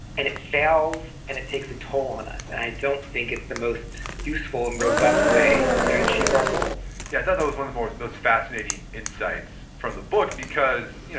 and it fails and it takes a toll on us. and i don't think it's the most useful and robust way to achieve our goals yeah. i thought that was one of the most most fascinating insights from the book because, you know